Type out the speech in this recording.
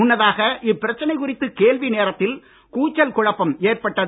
முன்னதாக இப்பிரச்சனை குறித்து கேள்வி நேரத்தில் கூச்சல் குழப்பம் ஏற்பட்டது